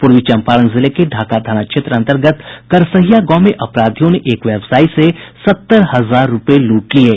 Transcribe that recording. पूर्वी चंपारण जिले के ढाका थाना क्षेत्र अंतर्गत करसहिया गांव में अपराधियों ने एक व्यवसायी से सत्तर हजार रूपये लूट लिये